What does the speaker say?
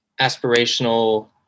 aspirational